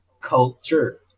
culture